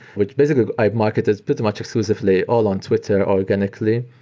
which basically i've marketed pretty much exclusively all on twitter organically.